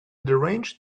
deranged